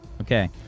Okay